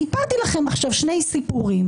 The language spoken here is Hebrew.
סיפרתי לכם עכשיו שני סיפורים.